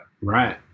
right